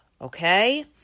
okay